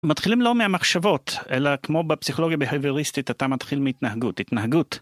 מתחילים לא מהמחשבות אלא כמו בפסיכולוגיה בהיבריוסטית אתה מתחיל מתנהגות התנהגות.